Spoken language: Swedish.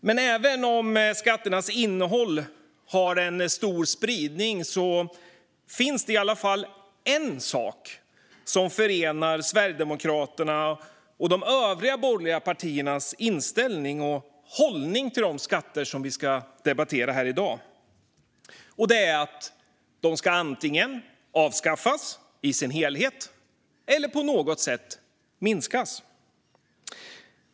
Men även om skatternas innehåll har en stor spridning finns det i alla fall en sak som förenar Sverigedemokraternas och de övriga borgerliga partiernas inställning och hållning till de skatter som vi ska debattera här i dag: De ska antingen avskaffas i sin helhet eller på något sätt minskas.